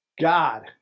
God